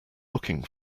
looking